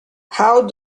how